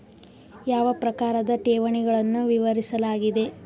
ಯಾವ ಪ್ರಕಾರದ ಠೇವಣಿಗಳನ್ನು ವಿವರಿಸಲಾಗಿದೆ?